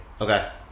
okay